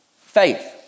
Faith